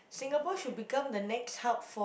Singapore should become the next hub for